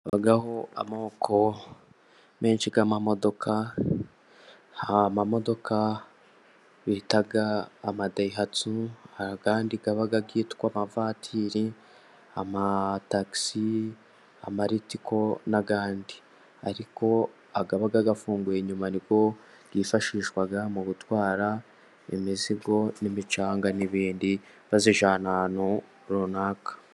Habaho amoko menshi y'amamodoka, hari amamodoka bita amadayihatsu, hari ayandi yitwa amavatiri, amatgisii, amaritiko, n'ayandi, ariko aba afunguye inyuma, ni yo yifashishwa mu gutwara imizigo n'imicanga n'ibindi babijyana ahantu runaka.